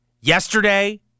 yesterday